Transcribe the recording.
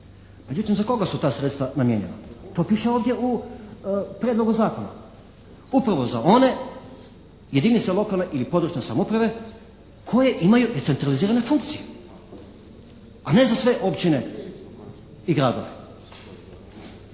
Međutim, za koga su ta sredstva namijenjena? To piše ovdje u prijedlogu zakona. Upravo za one jedinice lokalne ili područne samouprave koje imaju decentralizirane funkcije a ne za sve općine i gradove,